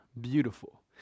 beautiful